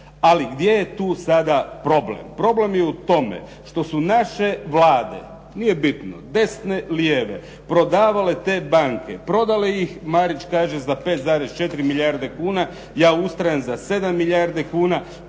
Ali gdje je tu sada problem? Problem je u tome što su naše Vlade, nije bitno, desne, lijeve, prodavale te banke, prodale ih, Marić kaže za 5,4 milijarde kuna, ja ustrajem za 7 milijarde kuna,